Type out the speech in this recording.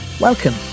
Welcome